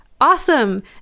awesome